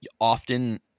often